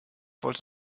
wollte